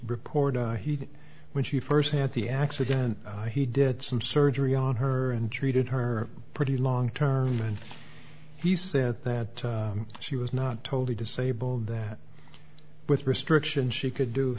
report he when she first had the accident he did some surgery on her and treated her pretty long term and he said that she was not totally disabled that with restriction she could do